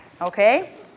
okay